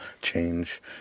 change